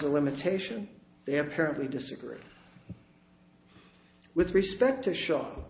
a limitation they have apparently disagree with respect to show